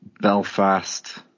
Belfast